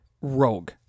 Rogue